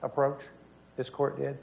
approach this court did